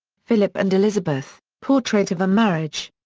philip and elizabeth portrait of a marriage.